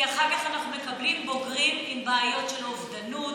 כי אחר כך אנחנו מקבלים בוגרים עם בעיות של אובדנות,